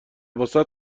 واست